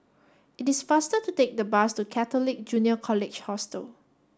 it is faster to take the bus to Catholic Junior College Hostel